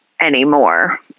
anymore